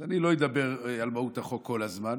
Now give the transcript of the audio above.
אז אני לא אדבר על מהות החוק כל הזמן,